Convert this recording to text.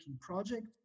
project